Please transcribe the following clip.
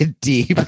deep